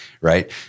Right